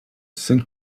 cinq